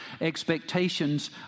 expectations